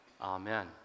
Amen